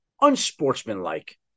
unsportsmanlike